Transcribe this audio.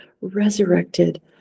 resurrected